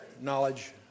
knowledge